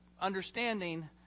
Understanding